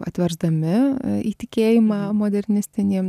atversdami į tikėjimą modernistinį